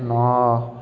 ନଅ